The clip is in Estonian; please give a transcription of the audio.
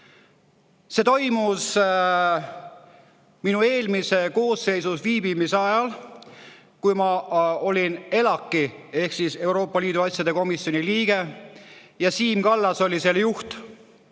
See toimus eelmise koosseisu ajal, kui ma olin ELAK‑i ehk siis Euroopa Liidu asjade komisjoni liige ja Siim Kallas oli selle juht.